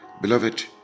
Beloved